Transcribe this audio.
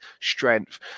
strength